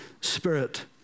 Spirit